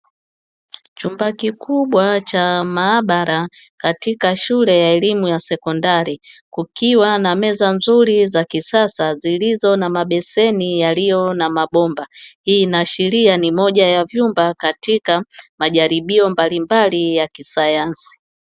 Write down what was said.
Chumba kikubwa cha maabara katika shule ya elimu ya sekondari, kukiwa na meza nzuri za kisasa zilizo na mabeseni yaliyo na mabomba. Hii inaashiria ni moja ya vyumba katika majaribio mbalimbali ya kisayansi.